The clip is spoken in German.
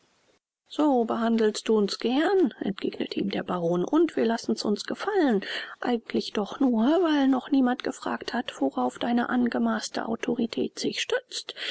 so behandelst du uns gern entgegnete ihm der baron und wir lassen's uns gefallen eigentlich doch nur weil noch niemand gefragt hat worauf deine angemaßte autorität sich stützt